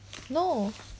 no